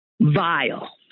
Vile